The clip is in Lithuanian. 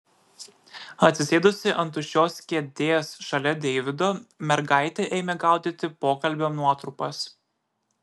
atsisėdusi ant tuščios kėdės šalia deivido mergaitė ėmė gaudyti pokalbio nuotrupas